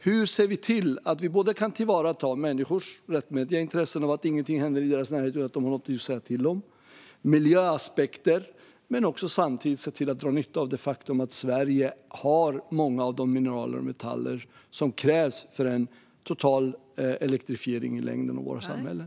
Hur ska vi se till att vi kan tillvarata människors rättmätiga intresse av att ingenting händer i deras närhet och att de har något att säga till om men också miljöaspekter samtidigt som vi drar nytta av det faktum att Sverige har många av de mineraler och metaller som krävs för en total elektrifiering i längden av våra samhällen?